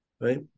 right